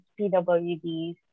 PWDs